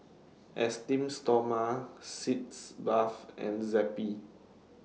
Esteem Stoma Sitz Bath and Zappy